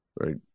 right